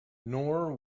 nor